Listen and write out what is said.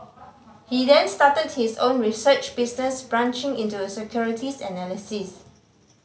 he then started his own research business branching into securities analysis